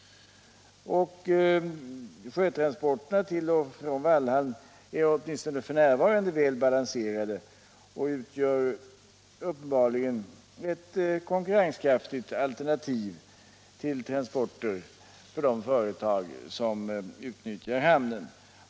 Sjötransporterna till och från Wallhamn är åtminstone f.n. väl balanserade och utgör uppenbarligen ett konkurrenskraftigt alternativ till transporter för de företag som utnyttjar hamnen.